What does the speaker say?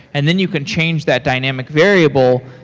and then you can change that dynamic variable,